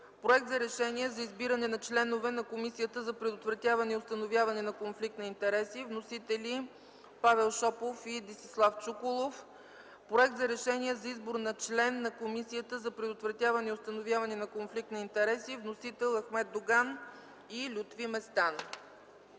Проект за решение за избиране на членове на Комисията за предотвратяване и установяване на конфликт на интереси. Вносители – Павел Шопов и Десислав Чуколов. Проект за решение за избор на член на Комисията за предотвратяване и установяване на конфликт на интереси. Вносители – Ахмед Доган и Лютви Местан.